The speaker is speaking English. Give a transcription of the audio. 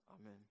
Amen